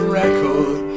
record